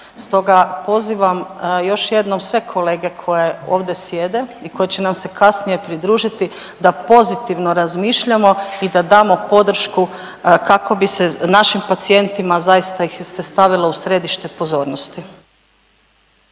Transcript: Stoga pozivam još jednom sve kolege koji ovdje sjede i koji će nam se kasnije pridružiti da pozitivno razmišljamo i da damo podršku kako bi se našim pacijentima zaista ih se stavilo u središte pozornosti.